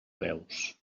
veus